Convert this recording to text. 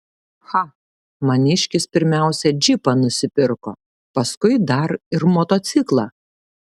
cha maniškis pirmiausia džipą nusipirko paskui dar ir motociklą